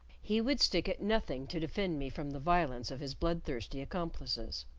he would stick at nothing to defend me from the violence of his bloodthirsty accomplices.